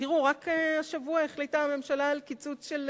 תראו, רק השבוע החליטה הממשלה על קיצוץ של,